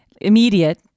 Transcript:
immediate